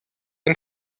ein